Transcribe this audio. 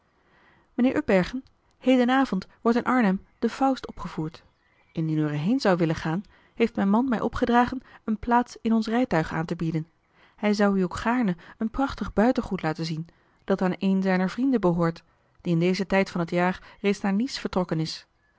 mijnheer upbergen heden avond wordt in arnhem marcellus emants een drietal novellen de faust opgevoerd indien u er heen zou willen gaan heeft mijn man mij opgedragen een plaats in ons rijtuig aantebieden hij zou u ook gaarne een prachtig buitengoed laten zien dat aan een zijner vrienden behoort die in dezen tijd van het jaar reeds naar nice vertrokken is